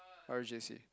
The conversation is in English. or J_C